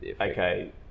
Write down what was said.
okay